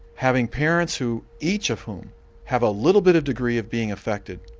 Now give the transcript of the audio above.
having parents who each of whom have a little bit of degree of being affected,